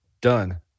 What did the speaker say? Done